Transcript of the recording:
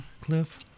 Cliff